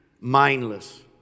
mindless